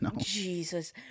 Jesus